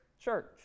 church